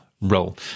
role